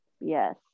yes